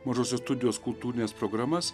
mažosios studijos kultūrines programas